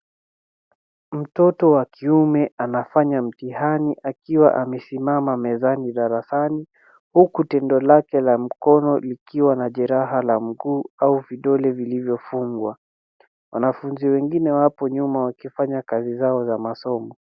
Mtoto wa kiume anafanya mtihani akiwa amesimama mezani darasani huku tindo lake la mkono likiwa na jeraha la mguu au vidole vilivyofungwa . Wanafunzi wengine wapo nyuma wakifanya kazi zao za masomo.